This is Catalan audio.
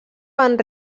van